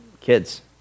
kids